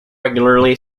regularly